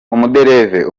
umudereva